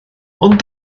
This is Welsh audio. ond